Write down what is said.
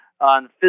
on